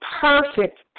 perfect